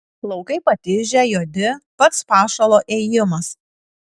laukai patižę juodi pats pašalo ėjimas